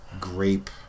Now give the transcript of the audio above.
grape